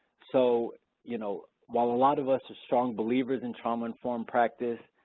so you know while a lot of us are strong believers in trauma-informed practice,